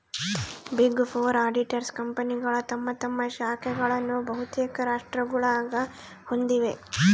big four auditors ಕಂಪನಿಗಳು ತಮ್ಮ ತಮ್ಮ ಶಾಖೆಗಳನ್ನು ಬಹುತೇಕ ರಾಷ್ಟ್ರಗುಳಾಗ ಹೊಂದಿವ